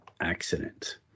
accident